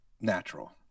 natural